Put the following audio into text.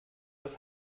das